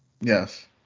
Yes